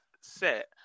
set